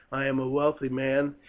i am a wealthy man,